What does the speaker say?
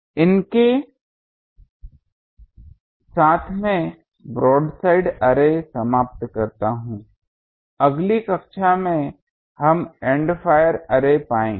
इन के साथ मैं ब्रोडसाइड अर्रे समाप्त करता हूं और अगली कक्षा में हम एन्ड फायर अर्रे पाएंगे